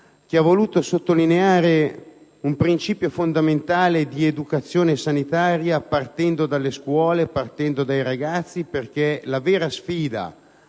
che ha voluto sottolineare un principio fondamentale di educazione sanitaria, partendo dalle scuole e dai ragazzi. La vera sfida